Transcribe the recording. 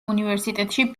უნივერსიტეტში